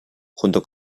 junto